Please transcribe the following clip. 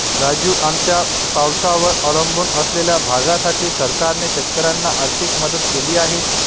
राजू, आमच्या पावसावर अवलंबून असलेल्या भागासाठी सरकारने शेतकऱ्यांना आर्थिक मदत केली आहे